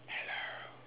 hello